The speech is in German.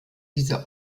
diese